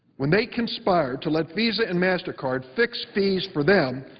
when they conspire to let visa and mastercard fix fees for them,